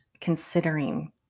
considering